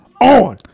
on